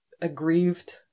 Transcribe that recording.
aggrieved